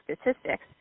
statistics